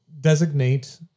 designate